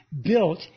built